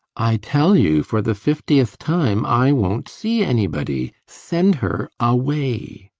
i tell you for the fiftieth time i wont see anybody. send her away.